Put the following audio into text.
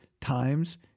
times